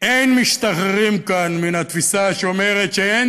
אין משתחררים כאן מן התפיסה שאומרת שאין